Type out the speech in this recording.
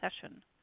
session